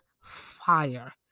fire